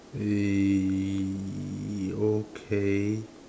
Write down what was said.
eh okay